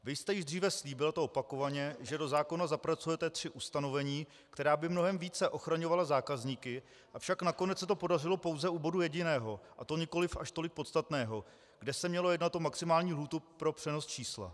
Vy jste již dříve slíbil, a to opakovaně, že do zákona zapracujete tři ustanovení, která by mnohem více ochraňovala zákazníky, avšak nakonec se to podařilo pouze u bodu jediného, a to nikoliv až tolik podstatného, kde se mělo jednat o maximální lhůtu pro přenos čísla.